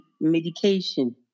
medication